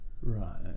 Right